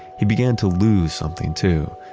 he began to lose something too.